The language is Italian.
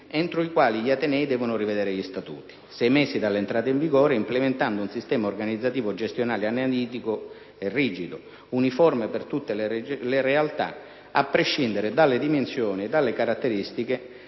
entro i quali gli atenei devono rivedere gli statuti: sei mesi dall'entrata in vigore implementando un sistema organizzativo e gestionale analitico e rigido, uniforme per tutte le realtà, a prescindere dalle dimensioni e dalle caratteristiche;